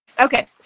Okay